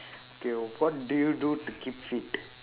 okay what do you do to keep fit